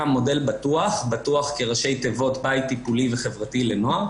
מודל בטו"ח (בית טיפולי וחברתי לנוער),